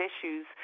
issues